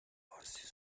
فارسی